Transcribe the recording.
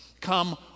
come